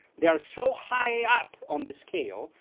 they are so high up on this scale,